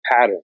pattern